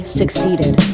succeeded